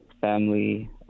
family